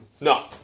No